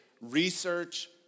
research